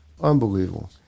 Unbelievable